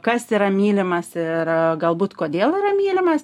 kas yra mylimas ir galbūt kodėl yra mylimas